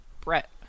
Brett